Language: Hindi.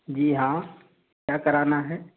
जी हाँ क्या कराना है